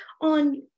on